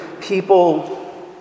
people